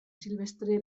silvestre